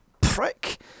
prick